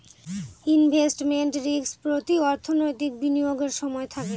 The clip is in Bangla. ইনভেস্টমেন্ট রিস্ক প্রতি অর্থনৈতিক বিনিয়োগের সময় থাকে